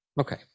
Okay